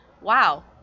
wow